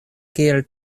kiel